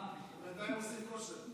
בינתיים הם עושים כושר.